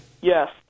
Yes